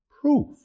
proof